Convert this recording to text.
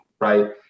right